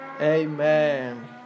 Amen